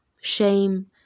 shame